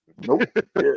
Nope